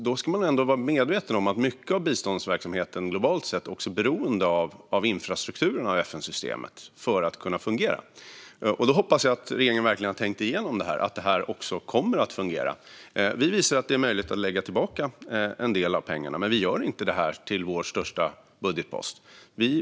Då ska man vara medveten om att mycket av biståndsverksamheten globalt sett är beroende av infrastrukturen och av FN-systemet för att kunna fungera. Jag hoppas att regeringen verkligen har tänkt igenom detta, att det också kommer att fungera. Vi visar att det är möjligt att lägga tillbaka en del av pengarna, men vi gör inte detta till vår största budgetpost.